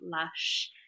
lush